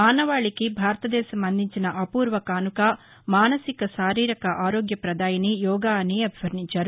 మానవాళికి భారతదేశం అందించిన అపూర్వ కానుక మానసిక శారీరక ఆరోగ్య పదాయిని యోగా అని అభివర్ణించారు